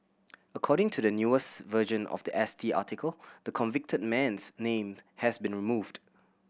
according to the newest version of the S T article the convicted man's name has been removed